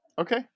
Okay